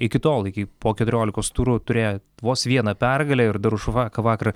iki tol iki po keturiolikos turų turėję vos vieną pergalę ir dar užvakar vakar